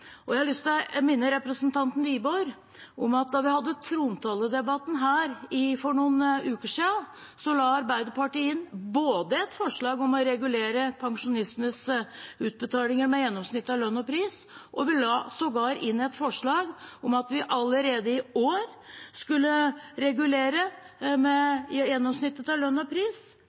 Jeg har lyst til å minne representanten Wiborg om at under trontaledebatten her for noen uker siden la Arbeiderpartiet inn både et forslag om å regulere pensjonistenes utbetalinger med gjennomsnittet av lønn og pris og sågar et forslag om at vi allerede i år skulle regulere med gjennomsnittet av lønn og pris.